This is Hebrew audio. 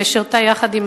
ושירתה יחד עם